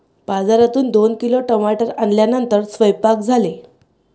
बाजारातून दोन किलो टमाटर आणल्यानंतर सेवन्पाक झाले